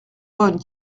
bonnes